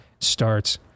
starts